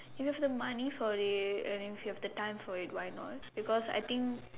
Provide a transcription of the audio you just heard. if you have a money for it and you have the time for it why not because I think